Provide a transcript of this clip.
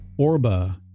Orba